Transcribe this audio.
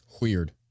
Weird